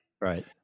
Right